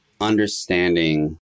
understanding